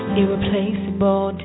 irreplaceable